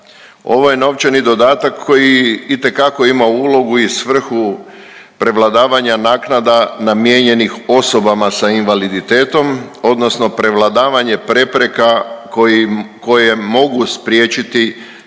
Ovo je novčani dodatak koji itekako ima ulogu i svrhu prevladavanja naknada namijenjenih osobama sa invaliditetom odnosno prevladavanje prepreka kojim, koje mogu spriječiti